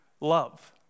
love